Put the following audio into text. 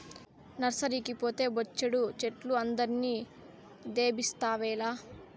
నర్సరీకి పోతే బొచ్చెడు చెట్లు అందరిని దేబిస్తావేల